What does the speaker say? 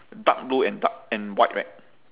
dark blue and dark and white right